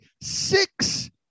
Six